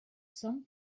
some